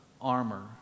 armor